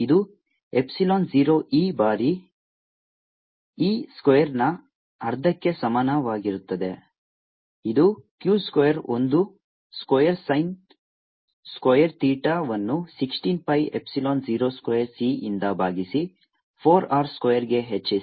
ಆದ್ದರಿಂದ ಇದು epsilon 0 c ಬಾರಿ E ಸ್ಕ್ವೇರ್ನ ಅರ್ಧಕ್ಕೆ ಸಮಾನವಾಗಿರುತ್ತದೆ ಇದು q ಸ್ಕ್ವೇರ್ ಒಂದು ಸ್ಕ್ವೇರ್ sin ಸ್ಕ್ವೇರ್ ಥೀಟಾವನ್ನು 16 pi ಎಪ್ಸಿಲಾನ್ 0 ಸ್ಕ್ವೇರ್ c ಯಿಂದ ಭಾಗಿಸಿ 4 r ಸ್ಕ್ವೇರ್ಗೆ ಹೆಚ್ಚಿಸಿ